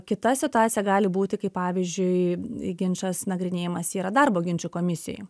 kita situacija gali būti kaip pavyzdžiui ginčas nagrinėjimas yra darbo ginčų komisijoj